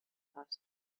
passed